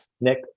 Nick